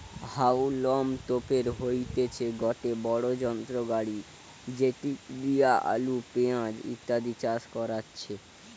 হাউলম তোপের হইতেছে গটে বড়ো যন্ত্র গাড়ি যেটি দিয়া আলু, পেঁয়াজ ইত্যাদি চাষ করাচ্ছে